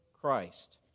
Christ